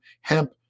hemp